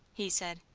he said.